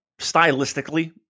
stylistically